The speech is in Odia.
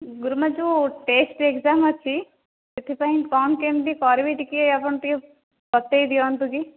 ଗୁରୁମା ଯେଉଁ ଟେଷ୍ଟ୍ ଏକ୍ଜାମ୍ ଅଛି ସେଥିପାଇଁ କ'ଣ କେମିତି କରିବି ଟିକିଏ ଆପଣ ଟିକିଏ ବତେଇ ଦିଅନ୍ତ କି